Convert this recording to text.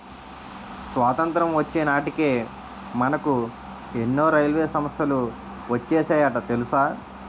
స్వతంత్రం వచ్చే నాటికే మనకు ఎన్నో రైల్వే సంస్థలు వచ్చేసాయట తెలుసా